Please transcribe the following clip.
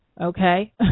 Okay